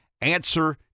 answer